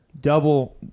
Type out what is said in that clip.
Double